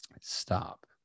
stop